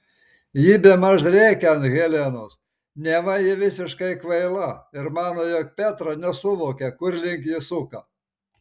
ji bemaž rėkia ant helenos neva ji visiškai kvaila ir mano jog petra nesuvokia kur link ji suka